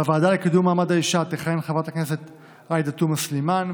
בוועדה לקידום מעמד האישה תכהן חברת הכנסת עאידה תומא סלימאן,